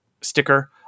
sticker